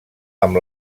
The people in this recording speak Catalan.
amb